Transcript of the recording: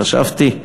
חשבתי,